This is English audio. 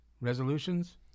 Resolutions